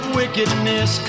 wickedness